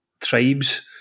tribes